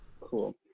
cool